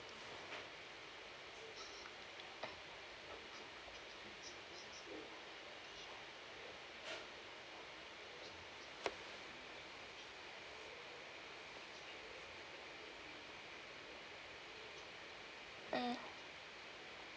mm